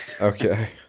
Okay